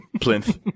plinth